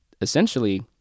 essentially